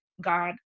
God